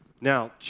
Now